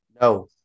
No